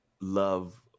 love